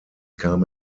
kam